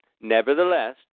nevertheless